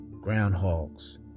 groundhogs